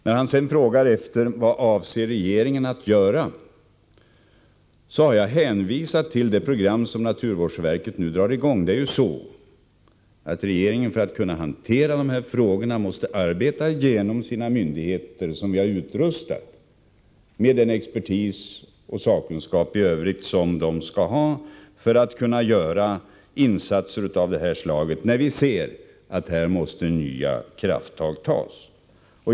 När han sedan frågar vad regeringen avser att göra, har jag hänvisat till det program som naturvårdsverket nu drar i gång. För att kunna hantera dessa frågor måste ju regeringen arbeta genom sina myndigheter, vilka vi utrustat med den expertis och sakkunskap som de skall ha för att kunna göra insatser av det här slaget när vi ser att nya krafttag måste tas.